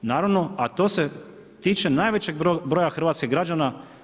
Naravno, a to se tiče najvećeg broja hrvatskih građana.